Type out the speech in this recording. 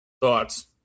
thoughts